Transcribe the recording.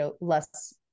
less